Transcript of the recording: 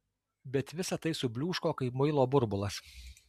bet visa tai subliūško kaip muilo burbulas